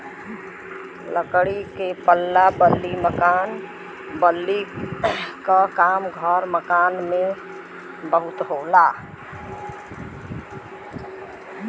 लकड़ी के पल्ला बल्ली क काम घर मकान में बहुत होला